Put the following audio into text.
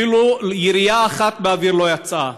אפילו ירייה אחת באוויר לא יצאה,